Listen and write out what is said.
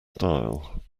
style